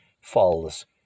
falls